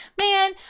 man